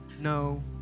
No